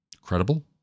credible